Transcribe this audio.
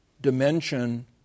dimension